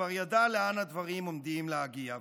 כבר ידע לאן הדברים עומדים להגיע,